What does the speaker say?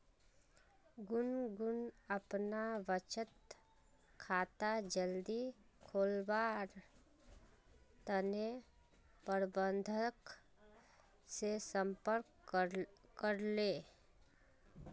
गुनगुन अपना बचत खाता जल्दी खोलवार तने प्रबंधक से संपर्क करले